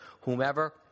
Whomever